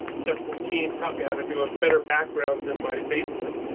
justiyn's teams taught me how to do a better background than my basement,